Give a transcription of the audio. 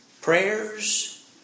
prayers